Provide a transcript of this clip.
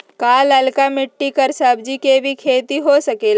का लालका मिट्टी कर सब्जी के भी खेती हो सकेला?